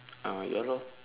ah ya lor